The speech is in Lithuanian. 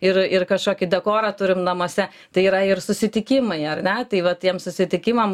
ir ir kažkokį dekorą turim namuose tai yra ir susitikimai ar ne tai va tiem susitikimam